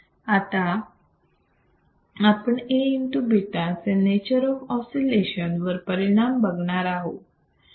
आता आपण Aβ चे नेचर ऑफ ऑसिलेशन वर परिणाम बघणार आहोत